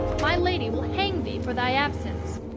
my lady will hang thee for thy absence.